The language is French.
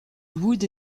wood